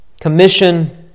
commission